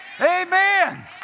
Amen